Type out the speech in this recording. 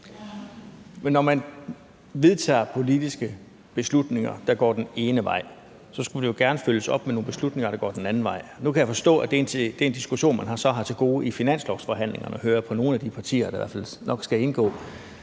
Men når man vedtager politiske beslutninger, der går den ene vej, skulle de jo gerne følges op af nogle beslutninger, der går den anden vej. Nu kan jeg forstå, at det er en diskussion, man så har til gode i finanslovsforhandlingerne. Det hører jeg på nogle af de partier, der nok skal indgå